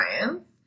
science